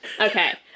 Okay